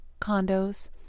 condos